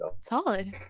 solid